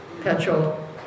petrol